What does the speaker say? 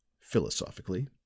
philosophically